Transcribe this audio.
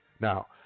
Now